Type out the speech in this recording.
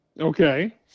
Okay